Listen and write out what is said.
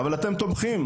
אבל אתם תומכים.